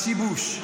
השיבוש,